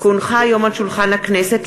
כי הונחה היום על שולחן הכנסת,